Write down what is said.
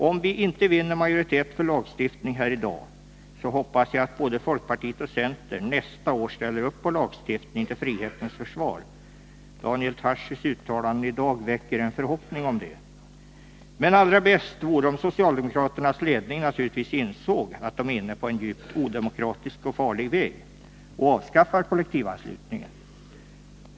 Om vi inte vinner majoritet för lagstiftning här i dag, så hoppas jag att både folkpartiet och centern nästa år ställer upp på lagstiftning till frihetens försvar. Daniel Tarschys uttalande i dag väcker en förhoppning om det. Men allra bäst vore naturligtvis om socialdemokraternas ledning insåg att de är inne på en djupt odemokratisk och farlig väg och själva avskaffar kollektivanslutningen.